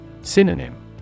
Synonym